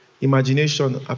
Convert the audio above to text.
Imagination